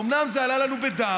אומנם זה עלה לנו בדם,